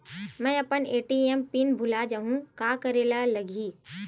मैं अपन ATM pin भुला जहु का करे ला लगही?